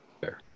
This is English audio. fair